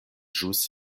ĵus